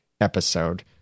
episode